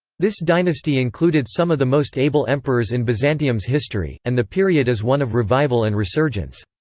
this dynasty included some of the most able emperors in byzantium's history, and the period is one of revival and resurgence.